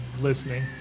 listening